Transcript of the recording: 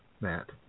Matt